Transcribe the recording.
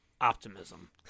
optimism